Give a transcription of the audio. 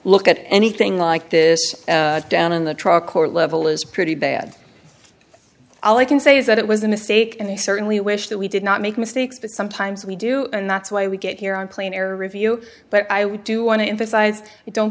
look at anything like this down in the truck or level is pretty bad all i can say is that it was a mistake and i certainly wish that we did not make mistakes but sometimes we do and that's why we get here on plane air review but i would do want to emphasize we don't